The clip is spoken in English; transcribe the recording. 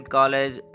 College